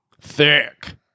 Thick